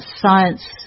science